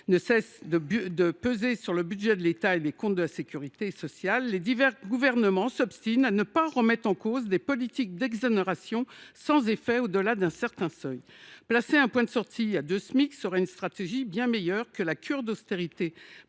ne cesse de peser sur le budget de l’État et les comptes de la sécurité sociale, les divers gouvernements s’obstinent à ne pas remettre en cause des politiques d’exonérations qui sont sans effet au delà d’une certaine limite. Placer un point de sortie à 2 Smic serait une stratégie bien meilleure que la cure d’austérité